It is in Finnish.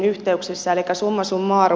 elikkä summa summarum